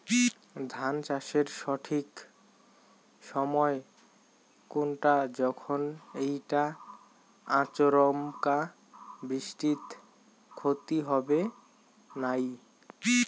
ধান চাষের সঠিক সময় কুনটা যখন এইটা আচমকা বৃষ্টিত ক্ষতি হবে নাই?